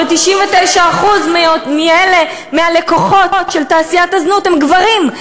ו-99% מהלקוחות של תעשיית הזנות הם גברים.